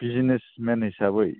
business मेन हिसाबै